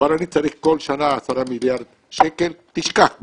אבל הוא צריך כל שנה 10 מיליארד שקל, תשכח מזה,